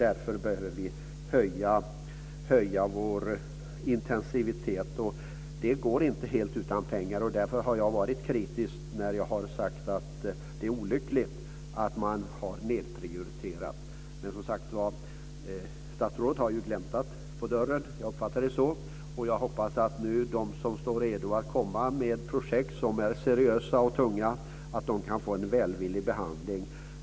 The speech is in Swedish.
Därför behöver vi höja intensiteten. Det går inte helt utan pengar. Därför har jag varit kritisk och sagt att det är olyckligt att man nedprioriterar. Jag uppfattar det som att statsrådet nu gläntar på dörren. Jag hoppas att de som står redo med seriösa och tunga projekt kan få en välvillig behandling.